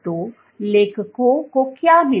तो लेखकों को क्या मिला